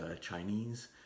Chinese